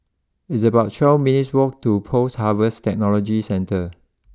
it's about twelve minutes walk to post Harvest Technology Centre